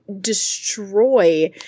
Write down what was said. destroy